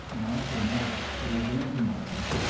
an eye for an eye, is ordained to moslems,